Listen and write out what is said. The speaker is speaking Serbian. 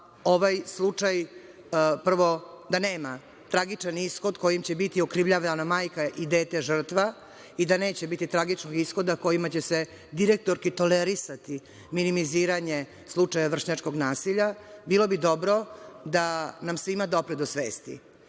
ovaj slučaj, prvo da nema tragičan ishod kojim će biti okrivljena majka i dete žrtva i da neće biti tragičnog ishoda kojima će se direktorki tolerisati minimiziranje slučaja vršnjačkog nasnjilja, bilo bi dobro da nam svima dopre do svesti.U